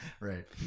right